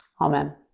Amen